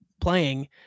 playing